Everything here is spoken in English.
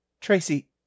Tracy